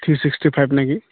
three sixty five নে কি